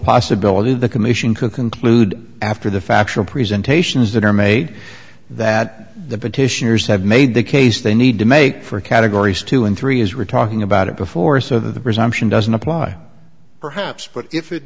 possibility the commission can conclude after the factual presentations that are made that the petitioners have made the case they need to make for categories two and three is retarding about it before so the presumption doesn't apply perhaps but if it